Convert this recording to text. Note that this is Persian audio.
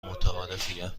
متعارفیه